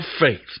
faith